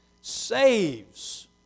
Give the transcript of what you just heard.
saves